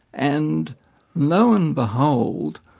and lo and behold,